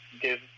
give